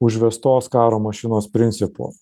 užvestos karo mašinos principu